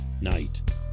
night